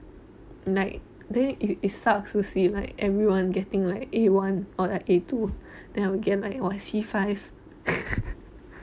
like it it sucks to see like everyone getting a A one or a A two then I would get like C five